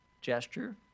gesture